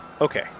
Okay